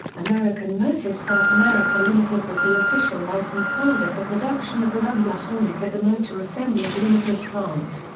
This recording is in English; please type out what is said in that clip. american motors south america limited was the official license holder for production of the rambler hornet at the motor assemblies ltd plant.